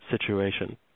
situation